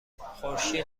خورشید